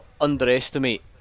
underestimate